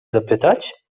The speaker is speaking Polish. zapytać